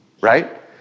right